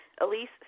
Elise